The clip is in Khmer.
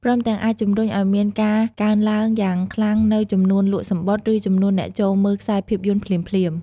ព្រមទាំងអាចជំរុញឱ្យមានការកើនឡើងយ៉ាងខ្លាំងនូវចំនួនលក់សំបុត្រ ឬចំនួនអ្នកចូលមើលខ្សែភាពយន្តភ្លាមៗ។